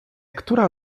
która